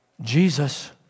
Jesus